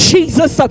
Jesus